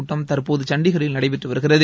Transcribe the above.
கூட்டம் தற்போது சண்டிகரில் நடைபெற்று வருகிறது